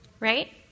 Right